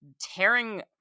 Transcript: tearing